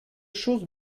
chose